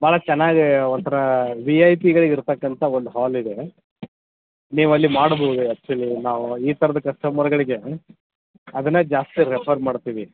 ಭಾಳ ಚೆನ್ನಾಗೆ ಒಂಥರ ವಿ ಐ ಪಿಗಳಿಗೆ ಇರತಕ್ಕಂತ ಒಂದು ಹಾಲ್ ಇದೆ ನೀವು ಅಲ್ಲಿ ಮಾಡ್ಬೋದು ಆ್ಯಕ್ಚುಲಿ ನಾವು ಈ ಥರದ ಕಸ್ಟಮರ್ಗಳಿಗೆ ಅದನ್ನೆ ಜಾಸ್ತಿ ರೆಫರ್ ಮಾಡ್ತೀವಿ